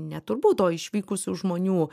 ne turbūt o išvykusių žmonių